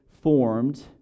formed